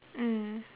mm